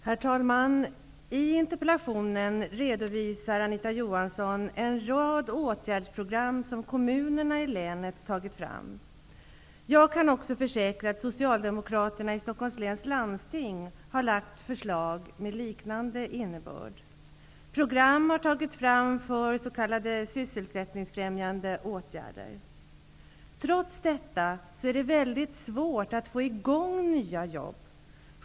Herr talman! I interpellationen redovisar Anita Johansson en rad åtgärdsprogram som kommunerna i länet tagit fram. Jag kan också försäkra att Socialdemokraterna i Stockholms Läns Landsting har lagt fram förslag med liknande innebörd. Program har tagits fram för s.k. sysselsättningsfrämjande åtgärder. Trots detta, är det väldigt svårt att få i gång nya jobb.